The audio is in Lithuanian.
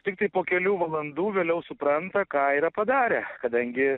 tiktai po kelių valandų vėliau supranta ką yra padarę kadangi